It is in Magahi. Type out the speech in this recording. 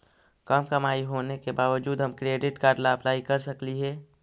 कम कमाई होने के बाबजूद हम क्रेडिट कार्ड ला अप्लाई कर सकली हे?